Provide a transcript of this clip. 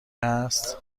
هست